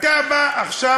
אתה בא עכשיו,